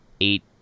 eight